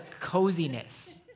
coziness